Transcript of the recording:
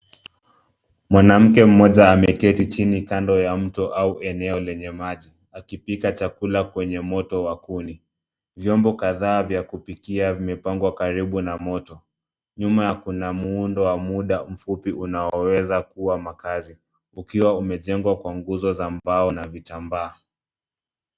Mwanamke mmoja ameketi chini kando ya mto au eneo lenye maji akipika chakula kwenye moto wa kuni. Vyombo kadhaa vya kupikia vimepangwa karibu na moto. Nyuma kuna muundo wa mda mfupi unaoweza kuwa makaazi ukiwa umejengwa kwa nguzo za mbao na vitambaa.